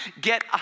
get